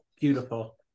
Beautiful